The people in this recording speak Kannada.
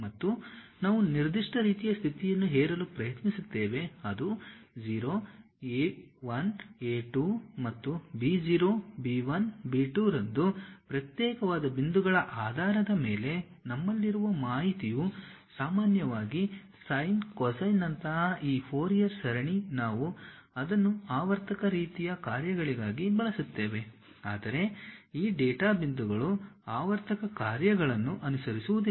ಮತ್ತು ನಾವು ನಿರ್ದಿಷ್ಟ ರೀತಿಯ ಸ್ಥಿತಿಯನ್ನು ಹೇರಲು ಪ್ರಯತ್ನಿಸುತ್ತೇವೆ ಅದು 0 a 1 a 2 ಮತ್ತು b 0 b 1 b 2 ರಂದು ಪ್ರತ್ಯೇಕವಾದ ಬಿಂದುಗಳ ಆಧಾರದ ಮೇಲೆ ನಮ್ಮಲ್ಲಿರುವ ಮಾಹಿತಿಯು ಸಾಮಾನ್ಯವಾಗಿ ಸೈನ್ ಕೊಸೈನ್ ನಂತಹ ಈ ಫೋರಿಯರ್ ಸರಣಿ ನಾವು ಅದನ್ನು ಆವರ್ತಕ ರೀತಿಯ ಕಾರ್ಯಗಳಿಗಾಗಿ ಬಳಸುತ್ತೇವೆ ಆದರೆ ಈ ಡೇಟಾ ಬಿಂದುಗಳು ಆವರ್ತಕ ಕಾರ್ಯಗಳನ್ನು ಅನುಸರಿಸುವುದಿಲ್ಲ